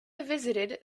visited